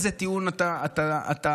איזה טיעון אתה טוען,